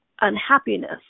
unhappiness